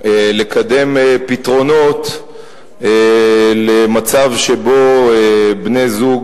לקדם פתרונות למצב שבו בני-זוג,